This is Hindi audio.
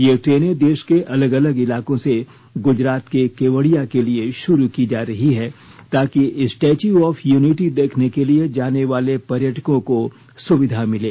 ये ट्रेनें देश के अलग अलग इलाकों से गूजरात के केवडिया के लिए शुरू की जा रही हैं ताकि स्टैच्यू ऑफ यूनिटी देखने के लिए जाने वाले पर्यटकों को सुविधा मिले